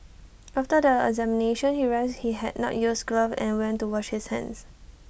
after the examination he realised he had not used gloves and went to wash his hands